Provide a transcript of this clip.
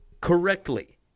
correctly